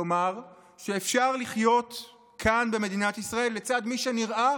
כלומר, שאפשר לחיות כאן במדינת ישראל לצד מי שנראה